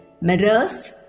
mirrors